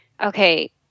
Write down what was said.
okay